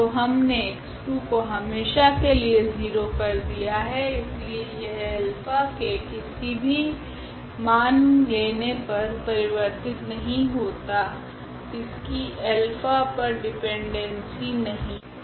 तो हमने x2 को हमेशा के लिए 0 कर दिया है इसलिए यह अल्फा के किसी भी मान को लेने पर परिवर्तित नहीं होता इसकी अल्फा पर डिपेंडेंसी नहीं है